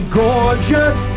gorgeous